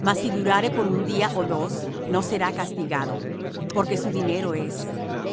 mas si durare por un día ó dos no será castigado porque su dinero es